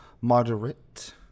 moderate